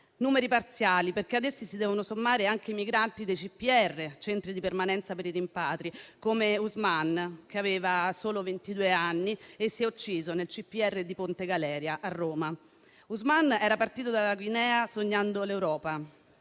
Numeri parziali, perché ad essi si devono sommare anche i migranti dei centri di permanenza per i rimpatri (CPR), come Ousmane, che aveva solo ventidue anni e si è ucciso nel CPR di Ponte Galeria a Roma. Ousmane era partito dalla Guinea sognando l'Europa.